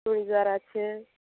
চুড়িদার আছে